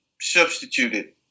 substituted